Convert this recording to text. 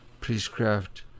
priestcraft